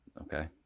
Okay